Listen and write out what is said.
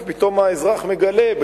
כי פתאום האזרח מגלה,